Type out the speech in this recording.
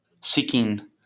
seeking